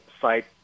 site